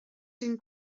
den